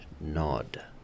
nod